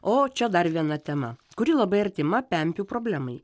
o čia dar viena tema kuri labai artima pempių problemai